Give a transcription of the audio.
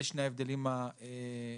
אלו שני ההבדלים היחידים